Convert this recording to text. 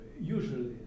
usually